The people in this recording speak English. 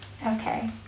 Okay